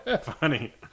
Funny